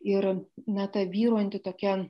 ir na ta vyraujanti tokia